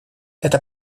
это